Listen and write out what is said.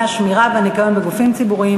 השמירה והניקיון בגופים ציבוריים,